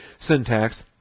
syntax